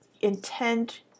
intent